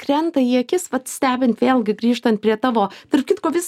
krenta į akis vat stebint vėlgi grįžtant prie tavo tarp kitko vis